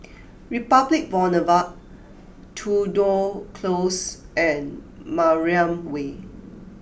Republic Boulevard Tudor Close and Mariam Way